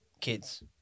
kids